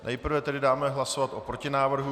Nejprve tedy dáme hlasovat o protinávrhu.